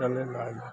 चले लागल